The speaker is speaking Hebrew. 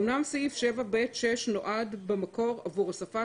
אמנם סעיף 7(ב)(6) נועד במקור עבור הוספת